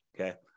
Okay